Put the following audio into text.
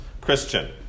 Christian